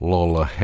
Lola